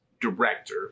director